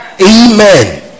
Amen